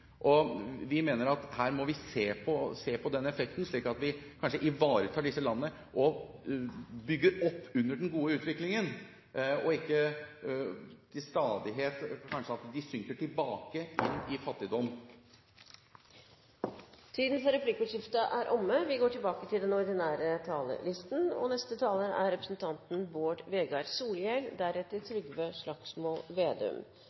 ut. Vi mener at her må vi se på den effekten, slik at vi ivaretar disse landene og bygger opp under den gode utviklingen, slik at de ikke til stadighet synker tilbake inn i fattigdom. Replikkordskiftet er omme. Dette er eit år då eg opplever at mange av dei mest avgjerande trekka i vår tid har vore synlegare rundt oss enn på lenge. Det første er at sjølv om vi